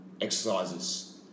exercises